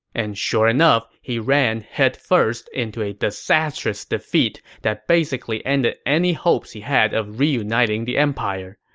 and sure enough, he ran head first into a disastrous defeat that basically ended any hopes he had of reuniting the empire.